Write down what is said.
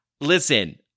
Listen